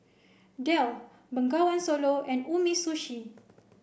Dell Bengawan Solo and Umisushi